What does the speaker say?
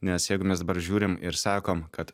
nes jeigu mes dabar žiūrim ir sakom kad